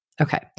Okay